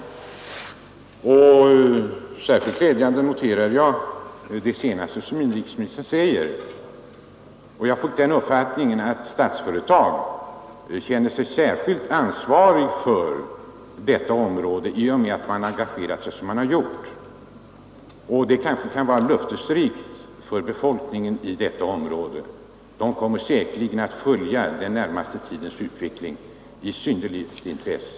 Som särskilt glädjande noterar jag det senaste som inrikesministern sade, och man bibringas den uppfattningen att man från Statsföretags sida känner sig särskilt ansvarig för detta område i och med att man har engagerat sig som man har gjort. Det kanske kan vara löftesrikt för befolkningen i området. Den kommer säkerligen att följa den närmaste tidens utveckling med synnerligt intresse.